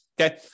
Okay